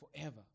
forever